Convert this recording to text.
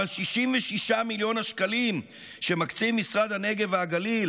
אבל 66 מיליון שקלים שמקצה משרד הנגב והגליל